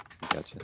Gotcha